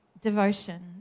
devotion